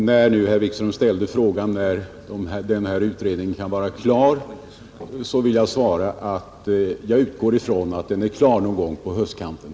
Eftersom herr Wikström nu frågade när den här undersökningen kan vara klar, vill jag svara att jag utgår ifrån att den är klar någon gång på höstkanten.